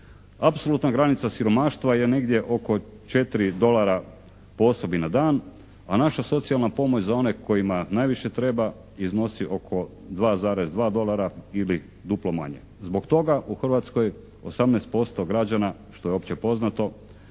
Apsolutna granica siromaštva je negdje oko 4 dolara po osobi na dan, a naša socijalna pomoć za one kojima najviše treba iznosi oko 2,2 dolara ili duplo manje. Zbog toga u Hrvatskoj 18% građana što je uopće poznato,